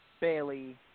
Bailey